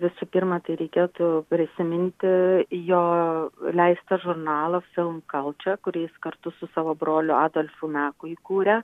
visų pirma tai reikėtų prisiminti jo leistą žurnalą film kalčia kurį jis kartu su savo broliu adolfu meku įkūrė